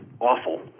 awful